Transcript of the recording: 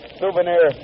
souvenir